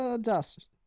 Dust